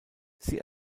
sie